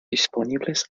disponibles